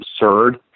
absurd